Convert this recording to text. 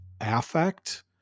affect